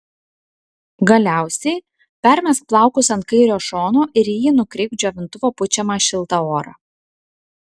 galiausiai permesk plaukus ant kairio šono ir į jį nukreipk džiovintuvo pučiamą šiltą orą